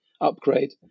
upgrade